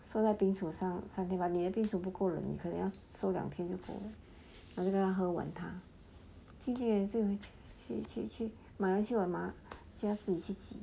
收在冰箱上 but 你的冰厨不够冷可能要收两天然后就要喝完他